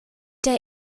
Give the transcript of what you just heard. der